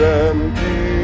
empty